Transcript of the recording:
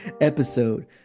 episode